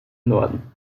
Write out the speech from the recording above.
norden